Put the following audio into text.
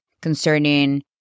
concerning